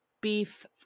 beef